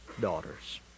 daughters